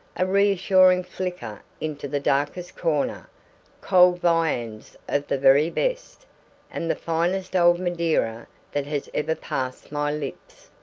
a reassuring flicker into the darkest corner cold viands of the very best and the finest old madeira that has ever passed my lips.